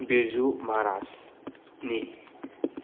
ꯕꯤꯔꯖꯨ ꯃꯍꯥꯔꯥꯖ ꯅꯤ